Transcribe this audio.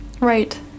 right